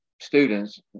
students